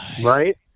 Right